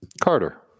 Carter